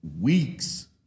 weeks